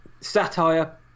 satire